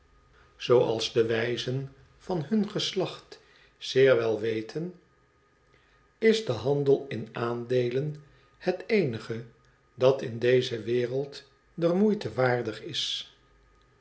de wijzen van hun geslacht zeer wel weten is de handel in aandeelen het eenige dat in deze wereld der moeite waardig is